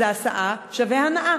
זה הסעה שווה הנאה,